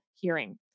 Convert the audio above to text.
hearing